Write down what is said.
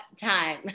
time